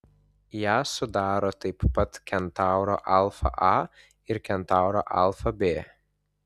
ją sudaro taip pat kentauro alfa a ir kentauro alfa b